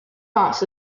boss